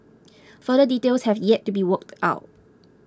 full details have yet to be worked out